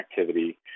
activity